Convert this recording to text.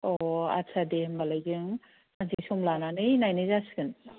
औ आदसा दे होम्बालाय जों सानसे सम लानानै नायनाय जासिगोन